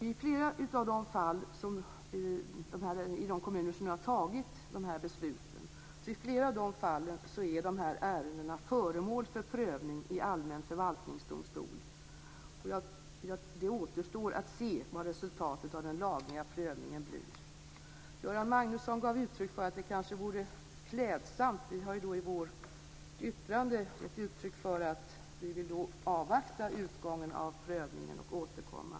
I flera av de kommuner som har fattat de här besluten är dessa ärenden föremål för prövning i allmän förvaltningsdomstol. Det återstår att se vad resultatet av den lagliga prövningen blir. I vårt yttrande har vi sagt att vi vill avvakta utgången av prövningen och återkomma.